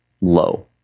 low